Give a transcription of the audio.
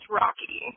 rocky